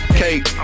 cake